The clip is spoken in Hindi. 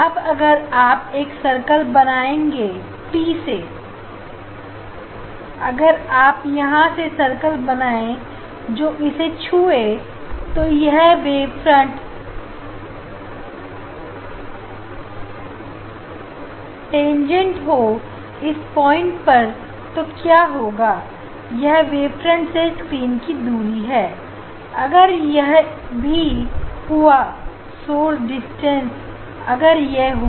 अब अगर आप एक सर्कल बनाएं पी से अगर आप यहां सर्कल बनाएं जो इसे छुए तो यह वेवफ्रंट स्पर्शरेखा हो इस पॉइंट पर तो क्या होगा यह वेवफ्रंट से स्क्रीन दूरी है अगर यह भी हुआ सोर्स डिस्टेंस है अगर यह हुआ